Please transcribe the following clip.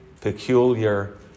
peculiar